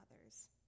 others